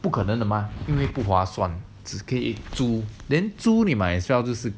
不可能的吗因为不划算只可以租 then might as 就是